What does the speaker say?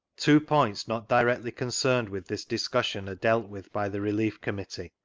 two points not directly concerned with this discussion are. dealt with by the relief committee,